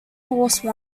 force